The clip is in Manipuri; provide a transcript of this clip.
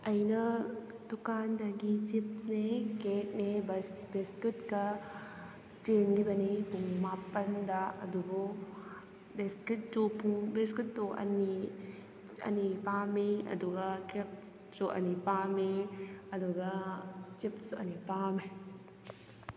ꯑꯩꯅ ꯗꯨꯀꯥꯟꯗꯒꯤ ꯆꯤꯞꯁꯅꯦ ꯀꯦꯛꯅꯦ ꯕꯤꯁꯀꯤꯠꯀ ꯆꯦꯟꯈꯤꯕꯅꯤ ꯄꯨꯡ ꯃꯥꯄꯜꯗ ꯑꯗꯨꯕꯨ ꯕꯤꯁꯀꯤꯠꯇꯨ ꯄꯨꯡ ꯕꯤꯁꯀꯤꯠꯇꯨ ꯑꯅꯤ ꯑꯅꯤ ꯄꯥꯝꯃꯤ ꯑꯗꯨꯒ ꯀꯦꯛꯁꯨ ꯑꯅꯤ ꯄꯥꯝꯃꯤ ꯑꯗꯨꯒ ꯆꯤꯞꯁꯁꯨ ꯑꯅꯤ ꯄꯥꯝꯃꯦ